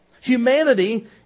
Humanity